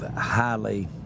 highly